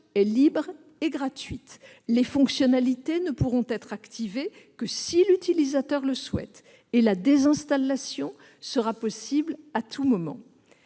est libre et gratuite ; les fonctionnalités ne pourront être activées que si l'utilisateur le souhaite ; la désinstallation sera possible à tout moment.